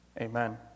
amen